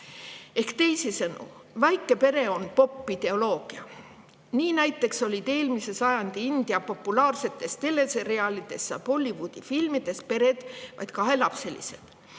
Teisisõnu, väike pere on popp ideoloogia. Nii näiteks olid eelmise sajandi India populaarsetes teleseriaalides ja Bollywoodi filmides pered vaid kahelapselised.